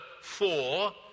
four